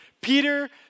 Peter